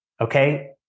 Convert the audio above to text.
okay